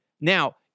Now